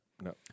No